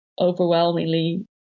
overwhelmingly